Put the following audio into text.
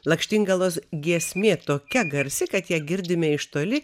lakštingalos giesmė tokia garsi kad ją girdime iš toli